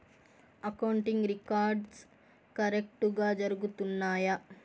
accounting records కరెక్టుగా జరుగుతున్నాయా